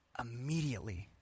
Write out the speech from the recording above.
immediately